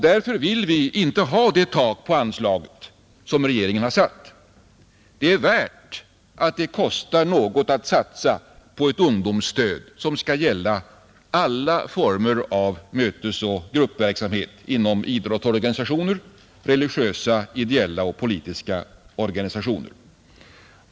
Därför vill vi inte ha det tak på anslaget som regeringen har satt. Det är värt att det kostar något att satsa på ett ungdomsstöd som skall gälla alla former av mötesoch gruppverksamhet inom idrottsorganisationer samt religiösa, ideella och politiska organisationer.